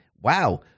wow